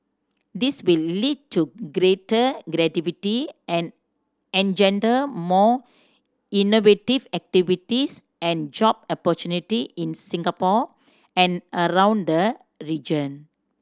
this will lead to greater creativity and engender more innovative activities and job opportunity in Singapore and around the region